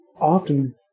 often